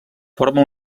forma